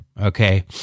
Okay